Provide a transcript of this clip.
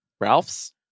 Ralph's